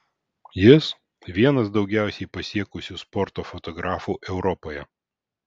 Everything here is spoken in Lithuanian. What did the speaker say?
jis vienas daugiausiai pasiekusių sporto fotografų europoje